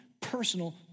personal